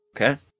Okay